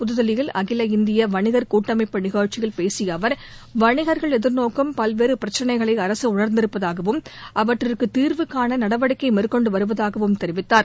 புதுதில்லியில் அகில இந்திய வணிகர் கூட்டமைப்பு நிகழ்ச்சியில் பேசிய அவர் வணிகர்கள் எதிர்நோக்கும் பல்வேறு பிரச்னைகளை அரசு உணர்ந்திருப்பதாகவும் அவற்றிற்கு தீர்வு காண நடவடிக்கை மேற்கொண்டு வருவதாகவும் தெரிவித்தார்